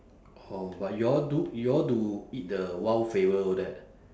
orh but you all do you all do eat the wild flavour all that